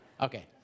Okay